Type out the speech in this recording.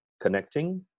connecting